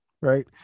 right